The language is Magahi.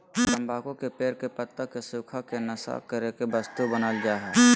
तम्बाकू के पेड़ के पत्ता के सुखा के नशा करे के वस्तु बनाल जा हइ